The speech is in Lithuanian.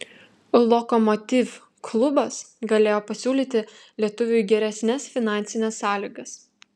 lokomotiv klubas galėjo pasiūlyti lietuviui geresnes finansines sąlygas